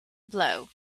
blow